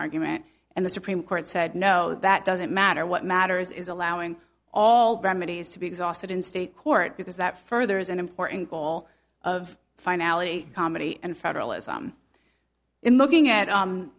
argument and the supreme court said no that doesn't matter what matters is allowing all remedies to be exhausted in state court because that furthers an important goal of finality comedy and federalism in the king at